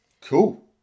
cool